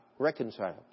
reconciled